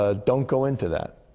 ah don't go into that.